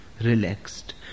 relaxed